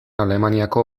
alemaniako